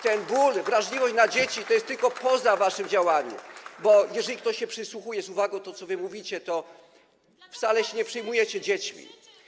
Ten ból, wrażliwość na dzieci to jest tylko poza w waszym działaniu, bo jeżeli ktoś się przysłuchuje z uwagą temu, co wy mówicie, to wcale się nie przejmujecie dziećmi.